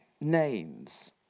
names